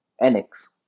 annex